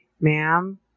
ma'am